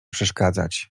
przeszkadzać